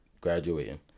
graduating